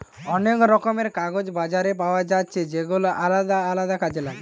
অনেক রকমের কাগজ বাজারে পায়া যাচ্ছে যেগুলা আলদা আলদা কাজে লাগে